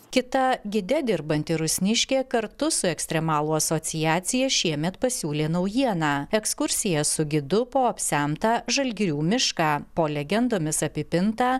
kita gide dirbanti rusniškė kartu su ekstremalų asociacija šiemet pasiūlė naujieną ekskursiją su gidu po apsemtą žalgirių mišką po legendomis apipintą